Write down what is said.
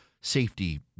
safety